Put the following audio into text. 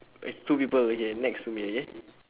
two people okay next to me okay